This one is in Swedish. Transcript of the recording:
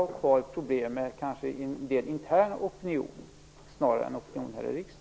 Ni har kanske också problem med en intern opinion, snarare än med opinionen här i riksdagen.